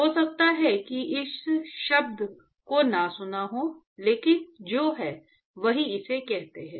हो सकता है कि इस शब्द को न सुना हो लेकिन जो है वही इसे कहते हैं